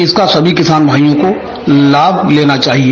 इसका सभी किसान भाइयों को लाभ लेना चाहिए